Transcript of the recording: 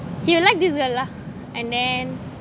you will like this girl lah and then